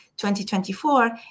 2024